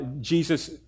Jesus